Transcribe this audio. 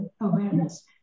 awareness